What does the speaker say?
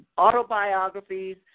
autobiographies